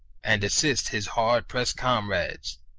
and assist his hard-pressed comrades.